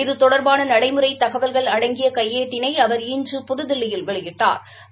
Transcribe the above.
இது தொடர்பான நடைமுறை தகவல்கள் அடங்கிய கயைட்டினை அவர் இன்று புதுதில்லியில் வெளியிட்டா்